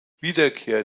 wiederkehr